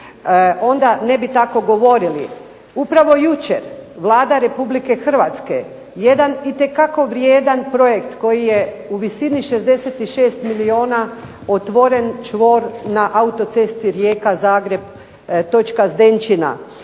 onda ne bi tako govorili. Upravo jučer Vlada Republike Hrvatske jedan itekako vrijedan projekt koji je u visini 66 milijuna otvoren čvor na autocesti Rijeka-Zagreb točka Zdenčina.